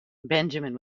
benjamin